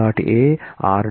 a r